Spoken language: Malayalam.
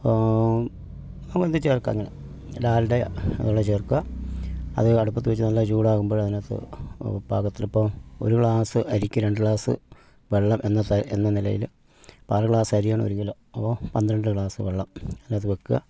എന്തും ചേർക്കാം അങ്ങനെ ഡാൽഡയോ ഉള്ളത് ചേർക്കാം അത് അടുപ്പത്ത് വെച്ച് നല്ല ചൂടാകുമ്പോൾ അതിനകത്ത് പാകത്തിൽ ഇപ്പോൾ ഒരു ഗ്ലാസ് അരിക്ക് രണ്ട് ഗ്ലാസ് വെള്ളം എന്ന സ എന്ന നിലയിൽ ഇപ്പം ആറ് ഗ്ലാസ് അരിയാണ് ഒരു കിലോ അപ്പോൾ പന്ത്രണ്ട് ഗ്ലാസ് വെള്ളം അതിനകത്ത് വയ്ക്കുക